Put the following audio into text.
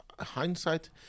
hindsight